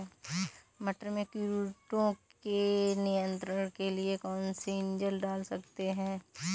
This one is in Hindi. मटर में कीटों के नियंत्रण के लिए कौन सी एजल डाल सकते हैं?